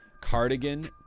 cardigan